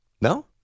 No